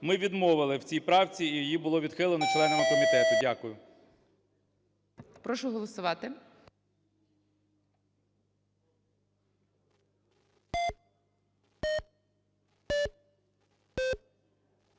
ми відмовили в цій правці і її було відхилено членами комітету. Дякую. ГОЛОВУЮЧИЙ. Прошу голосувати.